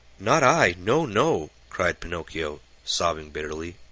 not i! no, no! cried pinocchio, sobbing bitterly.